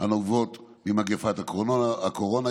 הנובעות ממגפת הקורונה,